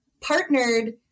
partnered